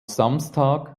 samstag